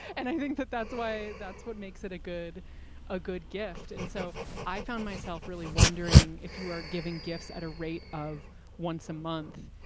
and i think that that's why that's what makes it a good a good gift. and so i found myself really wondering if you are giving gifts at a rate of once a month,